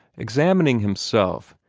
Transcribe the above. examining himself,